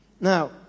Now